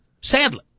sadly